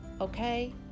Okay